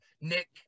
Nick